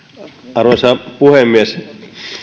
arvoisa puhemies